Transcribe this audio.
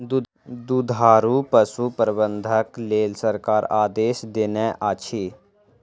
दुधारू पशु प्रबंधनक लेल सरकार आदेश देनै अछि